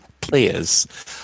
players